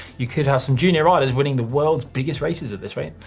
you could have some junior riders winning the world's biggest races at this rate.